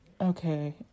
Okay